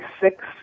six